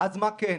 אז מה כן?